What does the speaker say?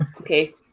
okay